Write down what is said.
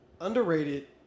underrated